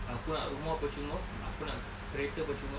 aku nak rumah percuma aku nak kereta percuma